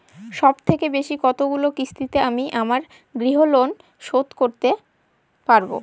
সবথেকে বেশী কতগুলো কিস্তিতে আমি আমার গৃহলোন শোধ দিতে পারব?